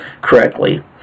correctly